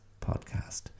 podcast